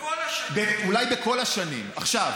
בכל השנים.